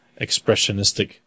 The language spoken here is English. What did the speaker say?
expressionistic